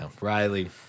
Riley